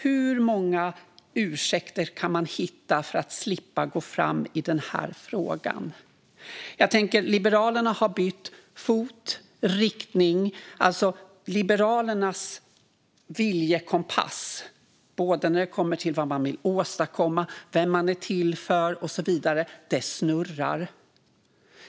Hur många ursäkter kan man hitta för att slippa gå fram i frågan? Liberalerna har bytt fot och riktning. Liberalernas viljekompass till vad man vill åstadkomma, vem man är till för och så vidare snurrar.